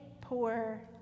poor